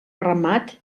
ramat